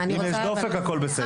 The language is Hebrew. אם יש דופק, הכול בסדר.